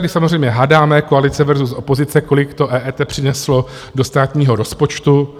My se tady samozřejmě hádáme, koalice versus opozice, kolik to EET přineslo do státního rozpočtu.